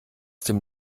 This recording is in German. dem